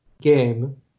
game